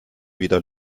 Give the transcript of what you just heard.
wieder